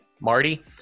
marty